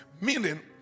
Meaning